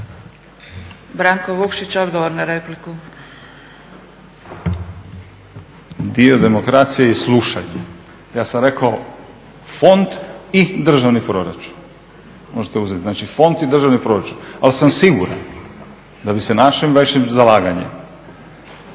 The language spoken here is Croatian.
Branko (Nezavisni)** Dio demokracije je slušanje, ja sam rekao fond i državni proračun. Znači fond i državni proračun. Ali sam siguran da bi se našim i vašim zalaganjem